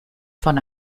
von